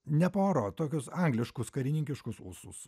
ne puaro tokius angliškus karininkiškus ūsus